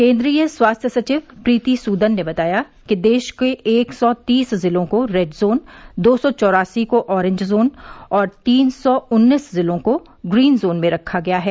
केन्द्रीय स्वास्थ्य सचिव प्रीति सूदन ने बताया कि देश के एक सौ तीस जिलों को रेड जोन दो सौ चौरासी को ऑरेंज जोन और तीन सौ उन्नीस जिलों को ग्रीन जोन में रखा गया है